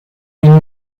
ihn